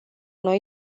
noi